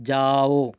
जाओ